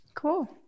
Cool